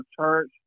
church